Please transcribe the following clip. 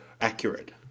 accurate